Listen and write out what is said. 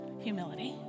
humility